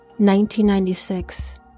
1996